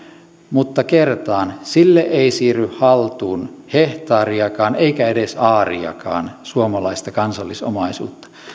mutta kertaan sille ei siirry haltuun hehtaariakaan eikä edes aariakaan suomalaista kansallisomaisuutta